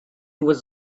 was